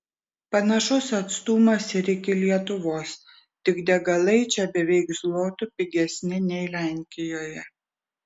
panašus atstumas ir iki lietuvos tik degalai čia beveik zlotu pigesni nei lenkijoje